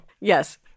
Yes